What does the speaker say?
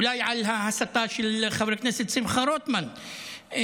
אולי על ההסתה של חבר הכנסת שמחה רוטמן מכאן.